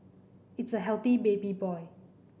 it's a healthy baby boy